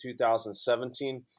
2017